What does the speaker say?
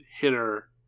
hitter